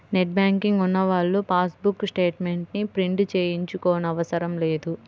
net banking ఉన్నవాళ్ళు passbook statements ని print తీయించుకోనవసరం లేదు